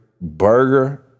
burger